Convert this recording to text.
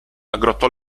aggrottò